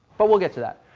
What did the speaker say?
but we'll get to that.